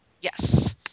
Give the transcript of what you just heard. Yes